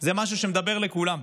זה משהו שמדבר לכולם.